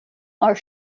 are